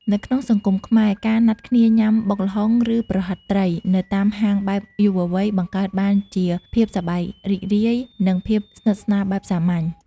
នៅក្នុងសង្គមខ្មែរ ការណាត់គ្នាញ៉ាំ "បុកល្ហុង" ឬ "ប្រហិតត្រី" នៅតាមហាងបែបយុវវ័យ បង្កើតបានជាភាពសប្បាយរីករាយ និងភាពស្និទ្ធស្នាលបែបសាមញ្ញ។